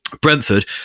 Brentford